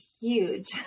huge